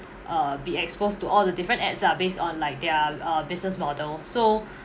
uh be exposed to all the different ads lah based on like their uh business model so